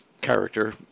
character